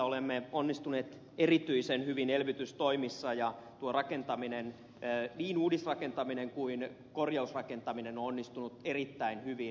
olemme onnistuneet erityisen hyvin elvytystoimissa ja tuo rakentaminen niin uudisrakentaminen kuin korjausrakentaminen on onnistunut erittäin hyvin